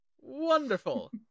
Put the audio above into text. Wonderful